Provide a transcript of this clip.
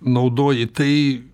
naudoji tai